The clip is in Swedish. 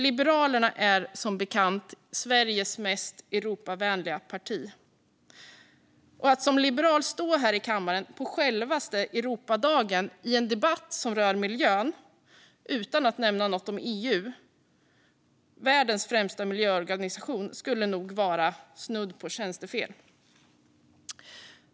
Liberalerna är som bekant Sveriges mest Europavänliga parti. Att som liberal stå här i kammaren på självaste Europadagen i en debatt som rör miljön utan att nämna något om EU, världens främsta miljöorganisation, skulle nog vara snudd på tjänstefel.